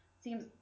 seems